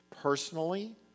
personally